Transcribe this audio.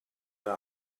der